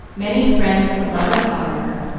many friends to love and honor her,